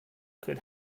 could